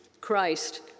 Christ